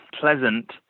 pleasant